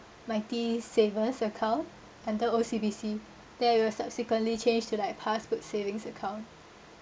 mighty savers account under O_C_B_C that we will subsequently change to like passbook savings account